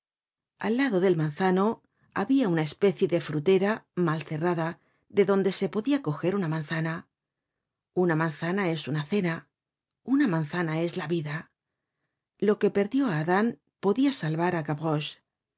al lado del manzano habia una especie de frutera mal cerrada de donde se podia coger una manzana una manzana es uná cena una manzana es la vida lo que perdió á adan podia salvar á